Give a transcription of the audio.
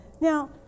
Now